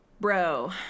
bro